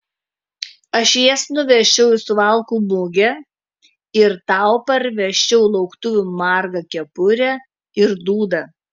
aš jas nuvežčiau į suvalkų mugę ir tau parvežčiau lauktuvių margą kepurę ir dūdą